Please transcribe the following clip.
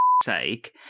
sake